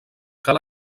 cal